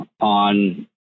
on